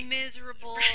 miserable